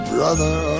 Brother